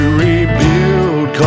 rebuild